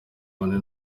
bane